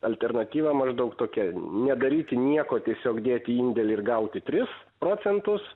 alternatyva maždaug tokia nedaryti nieko tiesiog dėt į indėlį ir gauti tris procentus